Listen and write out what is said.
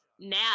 Now